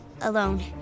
alone